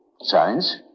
science